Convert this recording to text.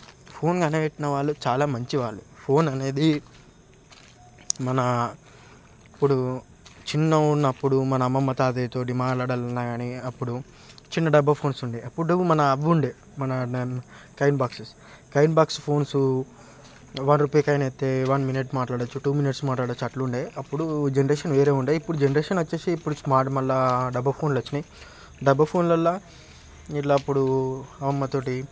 phone కనిపెట్టిన వాళ్ళు చాలా మంచివాళ్ళు ఫోన్ అనేది మన ఇప్పుడు చిన్న ఉన్నప్పుడు మన అమ్మమ్మ తాతయ్య తోటి మాట్లాడాలి అన్నా కానీ అప్పుడు చిన్న డబ్బా ఫోన్స్ ఉండేది అప్పుడు మా అవి ఉండేది మన coin boxes coin box phones one rupee coin అయితే వన్ మినిట్ మాట్లాడొచ్చు టూ మినిట్స్ మాట్లాడొచ్చు అట్లుండే అప్పుడు జనరేషన్ వేరే ఉండే ఇప్పుడు జనరేషన్ వచ్చేసి ఇప్పుడు స్మార్ట్ మళ్ళీ డబ్బా ఫోన్లు వచ్చినాయి డబ్బా ఫోన్లల్లో ఇట్లా అప్పుడు అమ్మతో